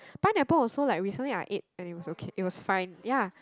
pineapple also like recently I ate and it was okay it was fine ya